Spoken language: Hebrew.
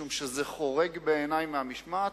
משום שזה חורג בעיני מהמשמעת.